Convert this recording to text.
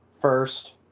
first